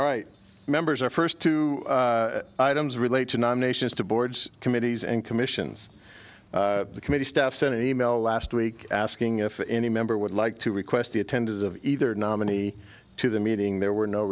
all right members or first two items relate to nominations to boards committees and commissions the committee staff sent an email last week asking if any member would like to request the attendance of either nominee to the meeting there were no